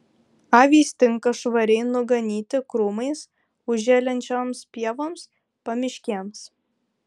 avys tinka švariai nuganyti krūmais užželiančioms pievoms pamiškėms